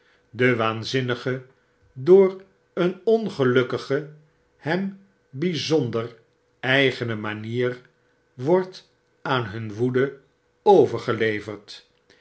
de waanzinnige door een ongelukkige hem bijzonder eigene manier wordt aan hun woede overgeleverd